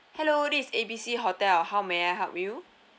hello this is A B C hotel how may I help you